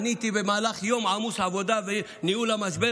עניתי במהלך יום עמוס עבודה וניהול המשבר